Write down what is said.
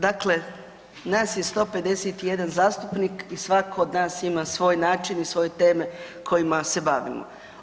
Dakle, nas je 151 zastupnik i svako od nas ima svoj način i svoje teme kojima se bavimo.